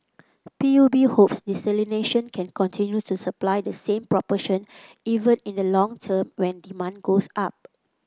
P U B hopes desalination can continue to supply the same proportion even in the long term when demand goes up